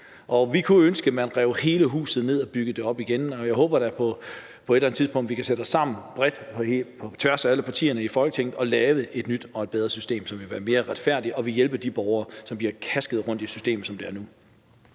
nu. Vi kunne ønske, at man rev hele huset ned og byggede det op igen, og jeg håber da, at vi på et eller andet tidspunkt kan sætte os sammen bredt og på tværs af alle partierne i Folketinget og lave et nyt og et bedre system, som ville være mere retfærdigt og ville hjælpe de borgere, som bliver kastet rundt i systemet, som det er nu.